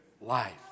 life